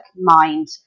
mind